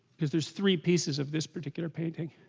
because there's three pieces of this particular painting